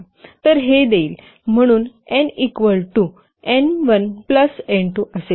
तर हे देईल म्हणून n equal to n 1 plus n 2 असेल